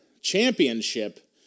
championship